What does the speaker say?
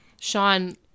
Sean